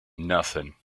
nothing